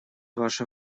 ваше